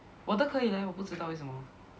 我的可以 leh 我不知道为什么